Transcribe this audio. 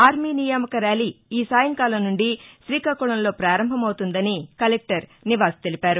army నియామక rally ఈ సాయంకాలం నుండి శ్రీకాకుళంలో ప్రారంభమవుతుందని కలెక్టర్ నివాస్ తెలిపారు